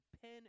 pen